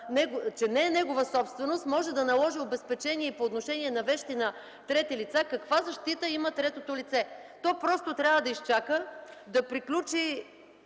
че не е негова собственост, може да наложи обезпечение и по отношение на вещи на трети лица, каква защита има третото лице? То просто трябва да изчака да приключи